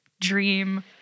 dream